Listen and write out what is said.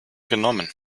genommen